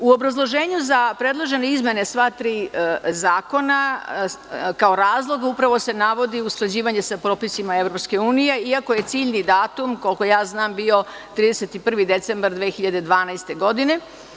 U obrazloženju za predložene izmene sva tri zakona, kao razlog, upravo se navodi usklađivanje sa propisima EU, iako je ciljni datum, koliko ja znam, bio 31. decembar 2012. godine.